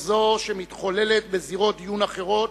או זו שמתחוללת בזירות דיון אחרות,